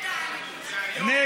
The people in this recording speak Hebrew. זה היום.